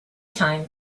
time